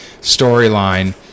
storyline